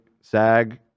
SAG